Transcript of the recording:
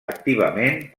activament